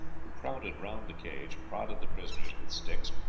who crowded round the cage, prodded the prisoners with sticks,